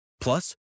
Plus